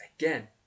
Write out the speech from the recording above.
again